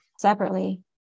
Separately